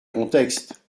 contexte